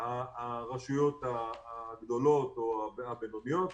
הרשויות הגדולות והבינוניות,